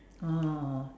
oh